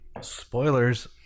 Spoilers